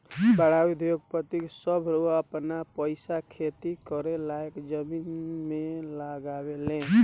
बड़ उद्योगपति सभ आपन पईसा खेती करे लायक जमीन मे लगावे ले